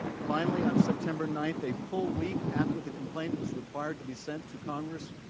finally on september nine, a full week after the complaint was required to be sent to congress,